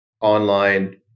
online